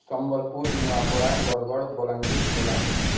Sambalpur Nuapada Bargarh Balangir Kalahandi